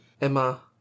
Emma